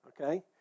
okay